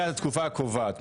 זו התקופה הקובעת,